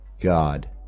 god